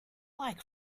like